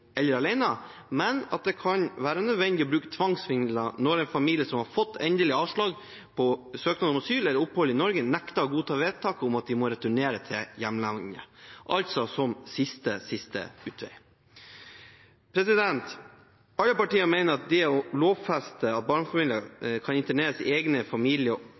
eller alene, men at det kan være nødvendig å bruke tvangsmidler når en familie som har fått endelig avslag på søknad om asyl eller opphold i Norge, nekter å godta vedtaket om at de må returnere til hjemlandet, altså som siste utvei. Alle partier mener at det må lovfestes at barnefamilier kun kan interneres i egne